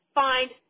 find